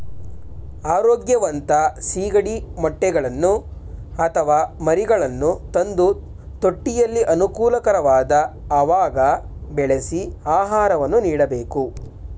ಆರೋಗ್ಯವಂತ ಸಿಗಡಿ ಮೊಟ್ಟೆಗಳನ್ನು ಅಥವಾ ಮರಿಗಳನ್ನು ತಂದು ತೊಟ್ಟಿಯಲ್ಲಿ ಅನುಕೂಲಕರವಾದ ಅವಾಗ ಬೆಳೆಸಿ ಆಹಾರವನ್ನು ನೀಡಬೇಕು